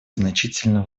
значительно